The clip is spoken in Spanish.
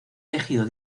elegido